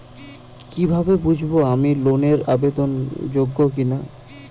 কীভাবে বুঝব আমি লোন এর আবেদন যোগ্য কিনা?